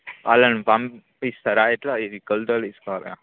అదే పంపిస్తారా ఎట్లా ఇది కొలతలు తీసుకోవాలిగా